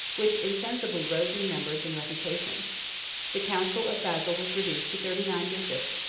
which insensibly rose in numbers and reputation the council of basil was reduced to thirty-nine bishops,